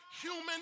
human